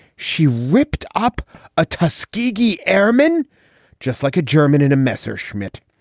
she ripped up a tuskegee airman just like a german in a messerschmitt.